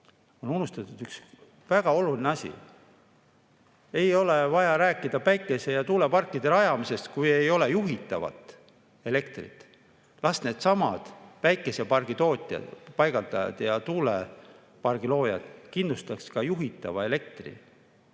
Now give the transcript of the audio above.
ära unustatud üks väga oluline asi: ei ole vaja rääkida päikese‑ ja tuuleparkide rajamisest, kui ei ole juhitavat elektrit. Las needsamad päikesepargi tootjad ja paigaldajad ja tuulepargi loojad kindlustavad ka juhitava elektri.